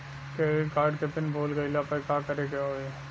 Credit card के pin भूल गईला पर का करे के होई?